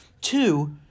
Two